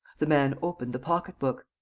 the man opened the pocketbook.